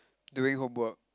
doing homework